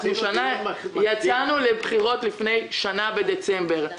יצאנו לבחירות לפני שנה בדצמבר,